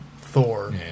Thor